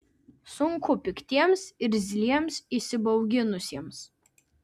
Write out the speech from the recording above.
sunku piktiems irzliems įsibauginusiems